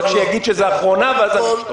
רק שיגיד שזאת אחרונה ואז אני אשתוק.